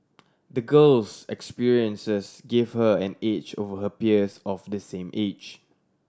the girl's experiences gave her an edge over her peers of the same age